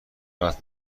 راحت